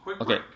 Okay